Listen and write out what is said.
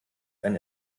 ein